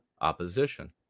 opposition